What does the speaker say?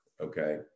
okay